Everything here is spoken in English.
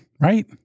Right